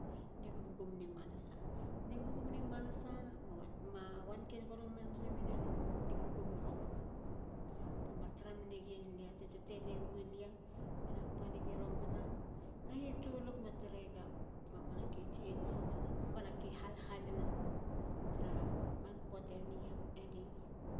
Nigumgumini manasa, ma wanken gono mene a nigumgumini romana, temar tara menegien lia ti tetene wilia mena panigi romana me hitulig, me tareyega mamanake chanicina. mamanake halhalina tara aman puata eni.